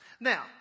Now